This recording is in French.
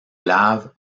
laves